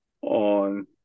on